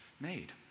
made